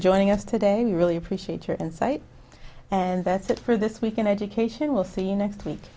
joining us today we really appreciate your insight and that's it for this week and education we'll see you next week